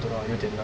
don't know lah 有点难